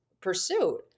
pursuit